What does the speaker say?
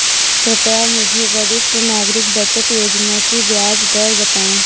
कृपया मुझे वरिष्ठ नागरिक बचत योजना की ब्याज दर बताएं?